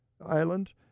Island